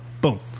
Boom